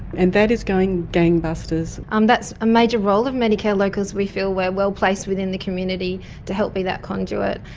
and that is going gangbusters. um that's a major role of medicare locals. we feel we're well placed within the community to help be that conduit.